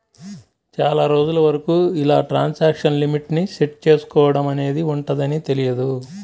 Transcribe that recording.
చాలా రోజుల వరకు ఇలా ట్రాన్సాక్షన్ లిమిట్ ని సెట్ చేసుకోడం అనేది ఉంటదని తెలియదు